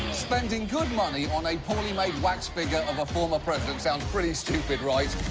spending good money on a poorly-made wax figure of a former president sounds pretty stupid, right?